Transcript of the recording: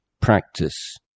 practice